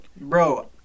Bro